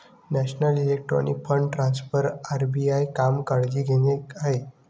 national electronic fund transfer RBI काम काळजी घेणे आहे